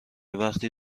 وقتی